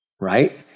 right